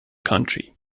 country